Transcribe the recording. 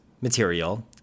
material